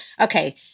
okay